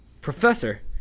professor